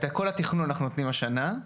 את כל התכנון אנחנו נותנים השנה,